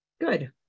Good